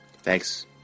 Thanks